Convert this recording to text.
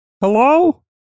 Hello